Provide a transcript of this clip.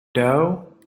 doe